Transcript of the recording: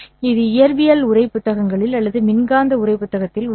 இது இயற்பியல் உரை புத்தகங்களில் அல்லது மின்காந்த உரை புத்தகத்தில் உள்ளது